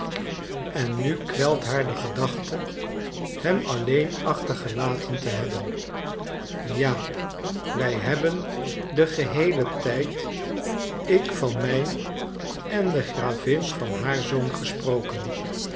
en nu kwelt haar de gedachte hem alleen achter gelaten te hebben ja wij hebben den geheelen tijd ik van mijn en de gravin van haar zoon gesproken